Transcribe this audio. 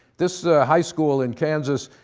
this high school in kansas